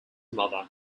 mother